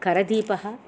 करदीपः